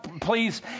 please